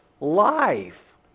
life